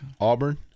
Auburn